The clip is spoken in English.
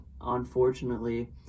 unfortunately